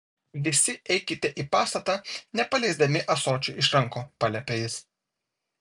visi eikite į pastatą nepaleisdami ąsočių iš rankų paliepė jis